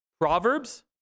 Proverbs